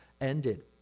ended